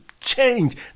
change